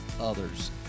others